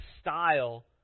style